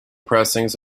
pressings